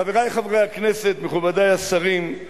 חברי חברי הכנסת, מכובדי השרים,